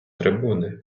трибуни